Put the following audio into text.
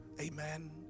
Amen